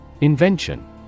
Invention